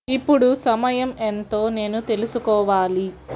ఇప్పుడు సమయం ఎంతో నేను తెలుసుకోవాలి